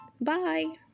bye